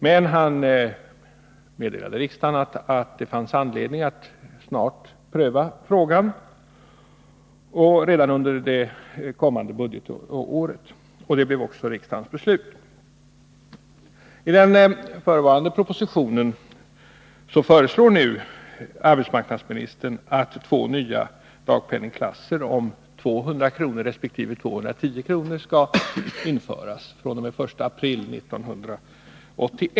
Men han meddelade riksdagen att det fanns anledning att snart pröva frågan, dvs. redan under det kommande budgetåret. Det blev också riksdagens beslut.